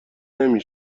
نمی